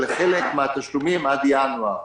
ולחלק מן התשלומים עד ינואר.